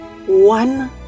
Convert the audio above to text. one